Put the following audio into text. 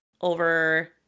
over